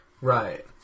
Right